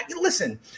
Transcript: listen